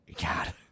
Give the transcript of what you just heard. God